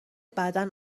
بعدا